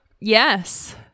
Yes